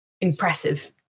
impressive